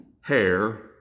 hair